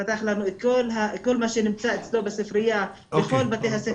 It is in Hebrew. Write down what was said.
פתח לנו את כל מה שנמצא אצלו בספרייה בכל בתי הספר